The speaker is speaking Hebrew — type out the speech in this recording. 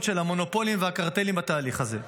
של המונופולים והקרטלים בתהליך הזה.